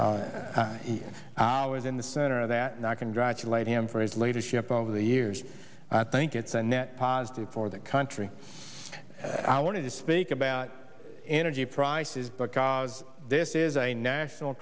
he was in the center of that and i congratulate him for his leadership over the years and i think it's a net positive for the country and i wanted to speak about energy prices because this is a national